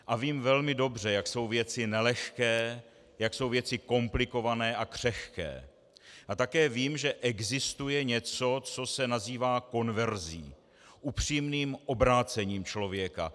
A vím velmi dobře, jak jsou věci nelehké, jak jsou věci komplikované a křehké, a také vím, že existuje něco, co se nazývá konverzí, upřímným obrácením člověka.